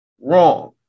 Wrong